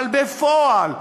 אבל בפועל,